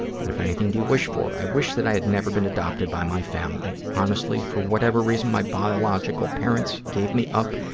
what, if anything, do you wish for? i wish that i had never been adopted by my family. honestly, for whatever reason my biological parents gave me up,